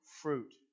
fruit